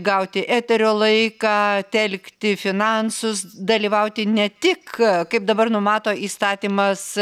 gauti eterio laiką telkti finansus dalyvauti ne tik kaip dabar numato įstatymas